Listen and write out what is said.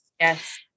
Yes